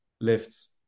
lifts